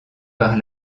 par